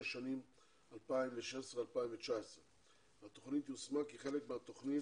השנים 2019-2016. התוכנית יושמה כחלק מהתוכנית